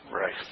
Right